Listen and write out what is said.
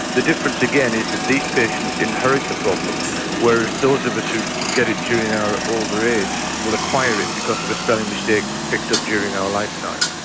the difference again is that these patients inherit the problem whereas those of us who get it during our older age will acquire it because of a spelling mistake picked up during our lifetime.